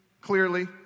clearly